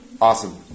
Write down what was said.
Awesome